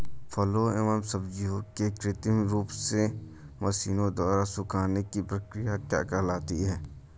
फलों एवं सब्जियों के कृत्रिम रूप से मशीनों द्वारा सुखाने की क्रिया क्या कहलाती है?